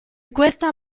questa